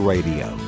Radio